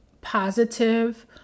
positive